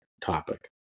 topic